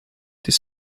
this